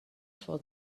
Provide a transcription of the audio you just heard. for